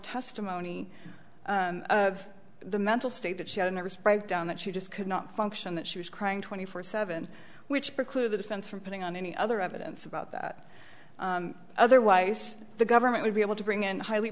testimony of the mental state that she had a nervous breakdown that she just could not function that she was crying twenty four seven which preclude the defense from putting on any other evidence about that otherwise the government would be able to bring in highly